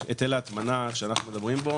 ההטמנה שאנחנו מדברים בו,